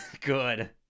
good